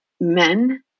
men